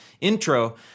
intro